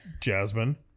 Jasmine